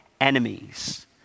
enemies